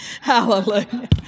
Hallelujah